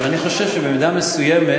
אבל אני חושב שבמידה מסוימת,